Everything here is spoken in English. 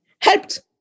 helped